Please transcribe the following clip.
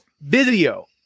video